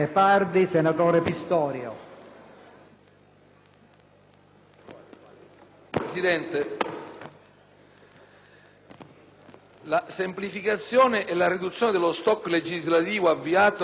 Presidente, la semplificazione e la riduzione dello *stock* legislativo, avviato con l'articolo 24 del decreto-legge n.